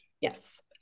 Yes